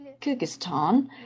Kyrgyzstan